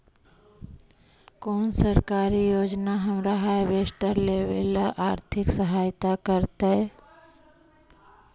कोन सरकारी योजना हमरा हार्वेस्टर लेवे आर्थिक सहायता करतै?